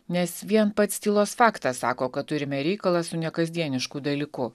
nes vien pats tylos faktas sako kad turime reikalą su nekasdienišku dalyku